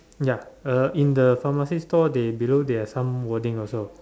ya uh in the pharmacy store they below they have some wording also